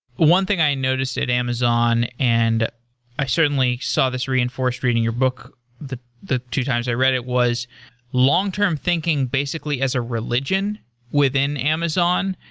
one thing i noticed at amazon, and i certainly saw this reinforced reading your book the the two times i read it was long-term thinking, basically, as a religion within amazon.